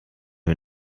wir